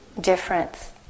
difference